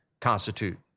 constitute